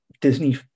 Disney